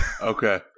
Okay